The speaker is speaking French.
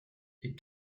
est